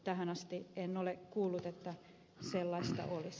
tähän asti en ole kuullut että sellaista olisi